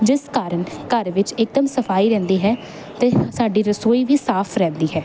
ਜਿਸ ਕਾਰਨ ਘਰ ਵਿੱਚ ਇੱਕਦਮ ਸਫ਼ਾਈ ਰਹਿੰਦੀ ਹੈ ਅਤੇ ਸਾਡੀ ਰਸੋਈ ਵੀ ਸਾਫ਼ ਰਹਿੰਦੀ ਹੈ